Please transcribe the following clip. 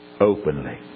openly